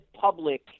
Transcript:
public